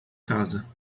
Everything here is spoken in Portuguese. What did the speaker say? casa